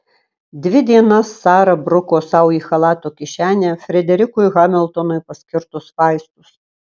dvi dienas sara bruko sau į chalato kišenę frederikui hamiltonui paskirtus vaistus